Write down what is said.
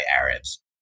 Arabs